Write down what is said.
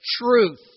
truth